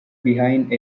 behind